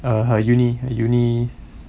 uh her uni her uni